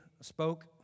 spoke